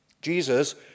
Jesus